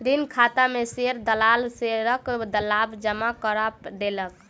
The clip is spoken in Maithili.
ऋण खाता में शेयर दलाल शेयरक लाभ जमा करा देलक